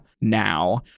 now